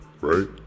right